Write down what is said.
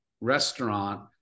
restaurant